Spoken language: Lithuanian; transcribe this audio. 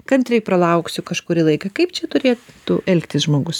kantriai pralauksiu kažkurį laiką kaip čia turėtų elgtis žmogus